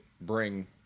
bring